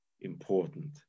important